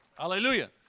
Hallelujah